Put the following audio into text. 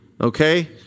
okay